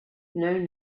known